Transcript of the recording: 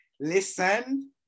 Listen